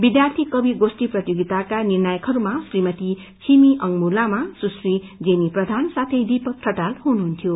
विध्यार्थी कवि गोष्ठी प्रतियोगिताका निर्णायकहरूमा श्रीमती छिमी अङमु लामा सुश्री जेनी प्रधान साथै दीपक ठटाल हुनुहुन्थ्यो